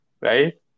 Right